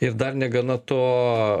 ir dar negana to